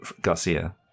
Garcia